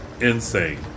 insane